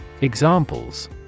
Examples